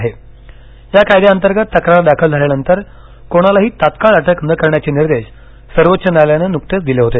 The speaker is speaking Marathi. दलित अत्याचारविरोधी कायद्याअंतर्गत तक्रार दाखल झाल्यानंतर कोणालाही तत्काळ अटक न करण्याचे निर्देश सर्वोच्च न्यायालयानं नुकतेच दिले होते